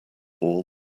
all